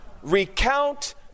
recount